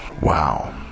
Wow